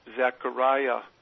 Zechariah